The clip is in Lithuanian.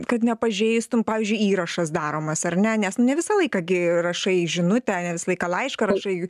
kad nepažeistum pavyzdžiui įrašas daromas ar ne nes ne visą laiką gi rašai žinutę ne visą laiką laišką rašai